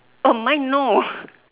oh mine no